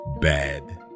Bad